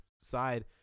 side